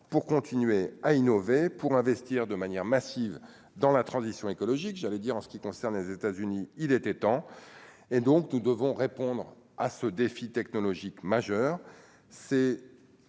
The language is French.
pour continuer à innover pour investir de manière massive dans la transition écologique, j'allais dire en ce qui concerne les Etats-Unis, il était temps, et donc nous devons répondre à ce défi technologique majeur,